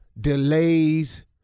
delays